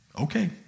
Okay